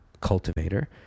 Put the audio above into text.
cultivator